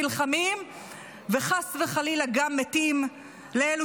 נלחמים וחס וחלילה גם מתים ולאלה